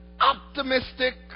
optimistic